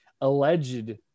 alleged